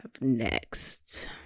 next